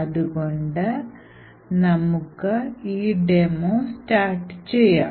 അതുകൊണ്ട് നമുക്ക് ഈ ഡെമോ സ്റ്റാർട്ട് ചെയ്യാം